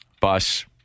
bus